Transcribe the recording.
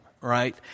right